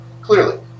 clearly